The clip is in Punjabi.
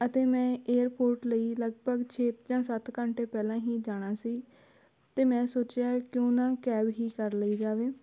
ਅਤੇ ਮੈਂ ਏਅਰਪੋਰਟ ਲਈ ਲਗਭਗ ਛੇ ਜਾਂ ਸੱਤ ਘੰਟੇ ਪਹਿਲਾਂ ਹੀ ਜਾਣਾ ਸੀ ਅਤੇ ਮੈਂ ਸੋਚਿਆ ਕਿਉਂ ਨਾ ਕੈਬ ਹੀ ਕਰ ਲਈ ਜਾਵੇ